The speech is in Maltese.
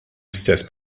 istess